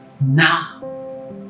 now